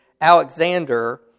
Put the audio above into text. Alexander